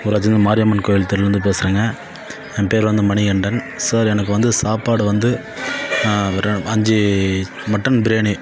மாரியம்மன் கோவில் தெருவிலேர்ந்து பேசுகிறேங்க என் பேயரு வந்து மணிகண்டன் சார் எனக்கு வந்து சாப்பாடு வந்து வெறும் அஞ்சு மட்டன் பிரியாணி